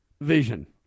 vision